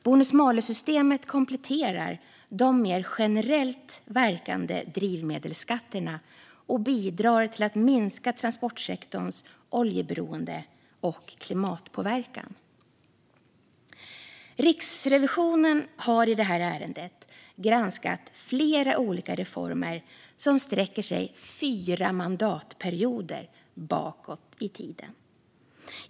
Bonus-malus-systemet kompletterar de mer generellt verkande drivmedelsskatterna och bidrar till att minska transportsektorns oljeberoende och klimatpåverkan. Riksrevisionen har i detta ärende granskat flera olika reformer som sträcker sig fyra mandatperioder bakåt i tiden.